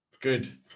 Good